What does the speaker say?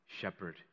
shepherd